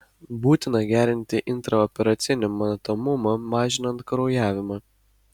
būtina gerinti intraoperacinį matomumą mažinant kraujavimą